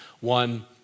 one